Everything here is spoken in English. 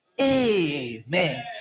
amen